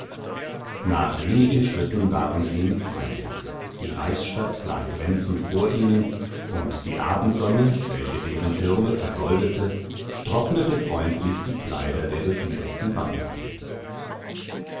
nach wenigen schritten waren sie im freien die reichsstadt lag glänzend vor ihnen und die abendsonne welche deren türme vergoldete trocknete freundlich die kleider der durchnäßten wandrer